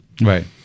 Right